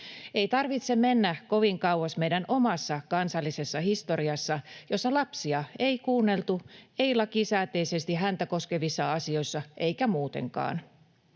Ei tarvitse mennä kovin kauas meidän omassa kansallisessa historiassa, kun lapsia ei kuunneltu, ei lakisääteisesti häntä koskevissa asioissa eikä muutenkaan.